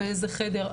באיזה חדר.